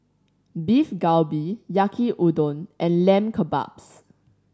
Beef Galbi Yaki Udon and Lamb Kebabs